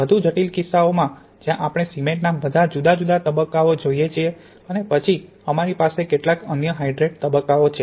વધુ જટિલ કેસોમાં જ્યાં આપણે સિમેન્ટના બધા જુદા જુદા તબક્કાઓ જોઈએ છીએ અને પછી અમારી પાસે કેટલાક અન્ય હાઇડ્રેટ તબક્કાઓ છે